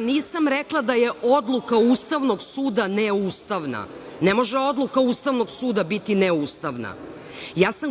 nisam rekla da je odluka Ustavnog suda neustavna. Ne može odluka Ustavnog suda biti neustavna.